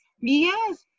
Yes